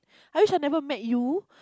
I wish I never met you